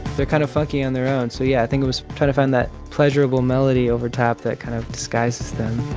they're kind of funky on their own. so yeah, i think it was trying to find that pleasurable melody over top that kind of disguises them